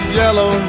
yellow